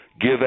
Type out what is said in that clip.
give